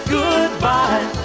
goodbye